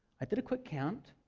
i did a quick count,